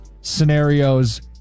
scenarios